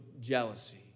jealousy